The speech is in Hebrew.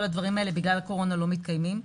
כל הדברים האלה בגלל הקורונה לא מתקיימים,